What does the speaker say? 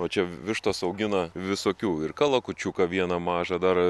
o čia vištos augina visokių ir kalakučiuką vieną mažą dar